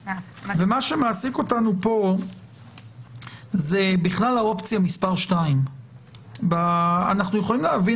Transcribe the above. מה שמעסיק אותנו כאן זה בכלל האופציה מספר 2. אנחנו יכולים להבי